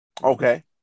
Okay